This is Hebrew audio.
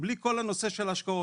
בלי כל הנושא של ההשקעות.